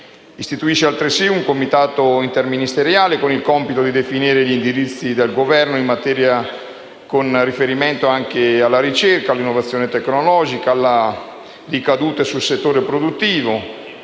Istituisce altresì un Comitato interministeriale con il compito di definire gli indirizzi del Governo, con riferimento anche alla ricerca, all'innovazione tecnologica e alle ricadute sul settore produttivo,